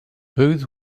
booth